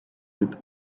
with